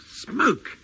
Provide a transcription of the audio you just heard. Smoke